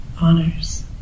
honors